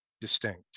distinct